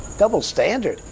double standard?